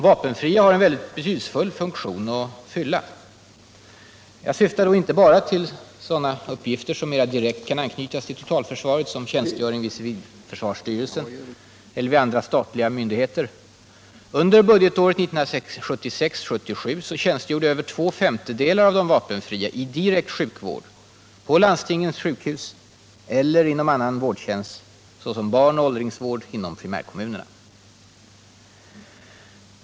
Vapenfria har en väldigt betydelsefull funktion att fylla, och jag syftar inte bara på sådana uppgifter som mera direkt kan anknytas till totalförsvaret såsom tjänstgöring vid civilförsvarsstyrelsen eller vid andra myndigheter. Under budgetåret 1976/77 tjänstgjorde över två femtedelar av de vapenfria i direkt sjukvård på landstingens sjukhus eller inom annan vårdtjänst såsom barnoch åldringsvård inom primärkommunerna.